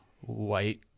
white